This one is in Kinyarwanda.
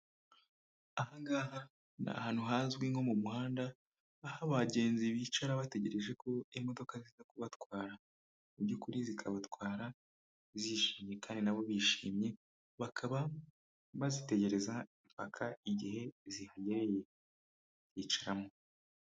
Ahaha ni ahantu hazwi nko mu muhanda aho abagenzi bicara bategereje ko imodoka ziza kubatwara, mu by'ukuri zikabatwara zishimye kandi na bo bishimye, bakaba bazitegereza mpaka igihe zihagereye yicaramo.